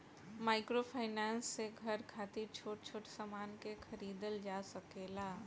microfinance से घर खातिर छोट छोट सामान के खरीदल जा सकेला